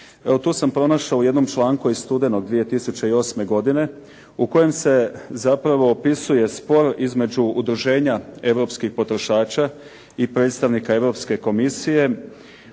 tu sam pronašao u jednom članku iz studenog 2008. godine u kojem se zapravo opisuje spor između Udruženja europskih potrošača i predstavnika Europske komisije